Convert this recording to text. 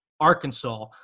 Arkansas